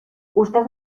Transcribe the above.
usted